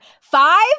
Five